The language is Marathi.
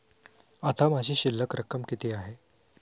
आता माझी शिल्लक रक्कम किती आहे?